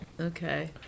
Okay